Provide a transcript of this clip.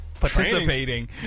Participating